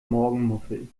morgenmuffel